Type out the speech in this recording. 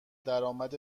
درآمد